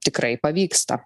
tikrai pavyksta